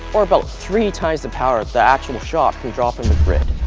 or about three times the power the actual shop can draw from the grid.